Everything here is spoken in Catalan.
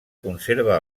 conserva